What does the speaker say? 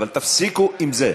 אבל תפסיקו עם זה.